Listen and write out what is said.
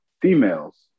females